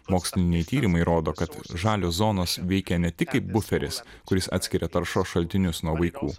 moksliniai tyrimai rodo kad žalios zonos veikia ne tik kaip buferis kuris atskiria taršos šaltinius nuo vaikų